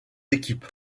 équipe